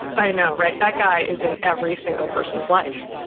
i know, right? that guy is in every single person's life.